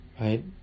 right